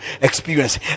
experience